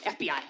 FBI